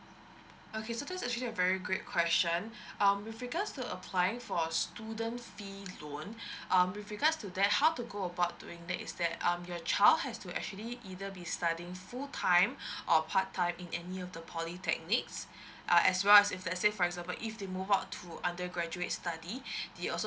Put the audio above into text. okay so that's actually very great question um with regards to applying for a students fee loan um with regards to that how to go about doing it is that um your child has to actually either be studying full time or part time in any of the polytechnic err as well as if let's say for example if they move out to undergraduate study they also